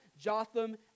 Jotham